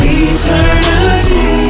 eternity